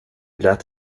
lät